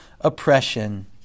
oppression